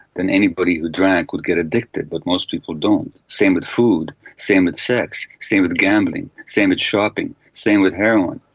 then anybody who drank would get addicted, but most people don't. the same with food, same with sex, same with gambling, same with shopping, same with heroin.